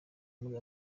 muri